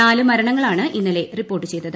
നാല് മരണങ്ങളാണ് ഇന്നലെ റിപ്പോർട്ട് ചെയ്തത്